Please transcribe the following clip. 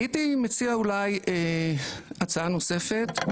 הייתי מציע אולי הצעה נוספת,